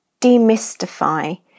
demystify